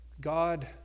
God